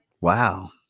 Wow